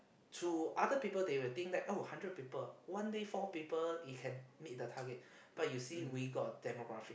true other people they will think that oh hundred people one day four people you can meet the target but you see we got demography